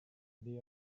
they